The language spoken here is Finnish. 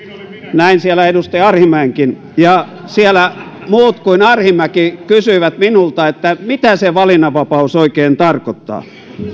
näin siellä edustaja arhinmäenkin ja siellä muut kuin arhinmäki kysyivät minulta mitä se valinnanvapaus oikein tarkoittaa